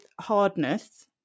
hardness